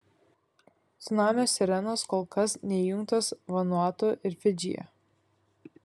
cunamio sirenos kol kas neįjungtos vanuatu ir fidžyje